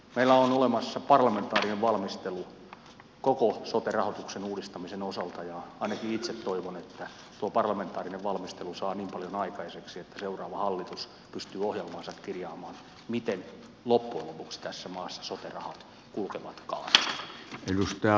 meillä on olemassa parlamentaarinen valmistelu koko sote rahoituksen uudistamisen osalta ja ainakin itse toivon että tuo parlamentaarinen valmistelu saa niin paljon aikaiseksi että seuraava hallitus pystyy ohjelmaansa kirjaamaan miten loppujen lopuksi tässä maassa sote rahat kulkevatkaan